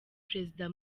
perezida